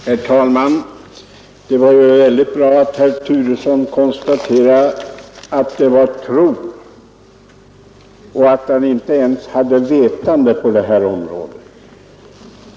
Herr talman! Det var bra att herr Turesson själv sade att han bara hade tro och inte vetande på detta område.